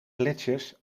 gletsjers